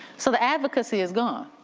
so the advocacy is gone